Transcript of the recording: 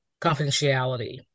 confidentiality